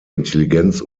intelligenz